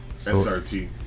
SRT